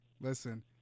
Listen